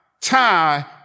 tie